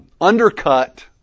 undercut